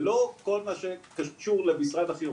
ולא כל מה שקשור למשרד החינוך.